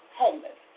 homeless